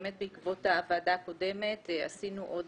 באמת בעקבות הוועדה הקודמת עשינו עוד